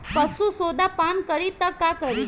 पशु सोडा पान करी त का करी?